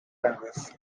language